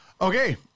Okay